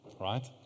right